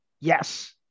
yes